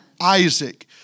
Isaac